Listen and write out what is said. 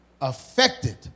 affected